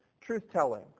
truth-telling